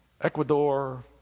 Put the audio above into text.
Ecuador